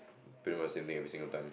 pay must in every single time